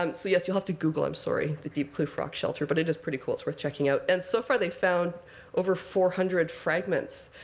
um so, yes, you'll have to google i'm sorry the diepkloof rock shelter. but it is pretty cool. it's worth checking out. and so far they've found over four hundred fragments.